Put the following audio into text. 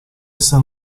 essa